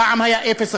פעם זה היה 0%,